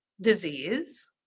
disease